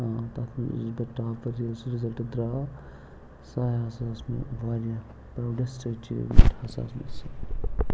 آ تَتھ منٛز اوسُس بہٕ ٹاپَر ییٚلہِ سُہ رِزَلٹہٕ درٛاو سوے ہَسا ٲس مےٚ واریاہ پرٛاوڈٮ۪سٹہٕ اؠچیٖومٮ۪نٛٹ ہَسا ٲس مےٚ سۄ